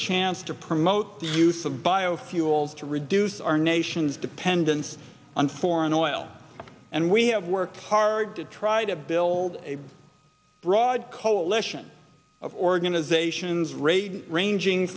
chance to promote the use of biofuels to reduce our nation's dependence on foreign oil and we have worked hard to try to build a broad coalition of organizations rate ranging